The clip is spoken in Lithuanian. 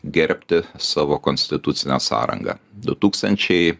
gerbti savo konstitucinę sąrangą du tūkstančiai